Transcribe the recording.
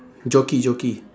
jockey jockey